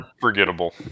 Forgettable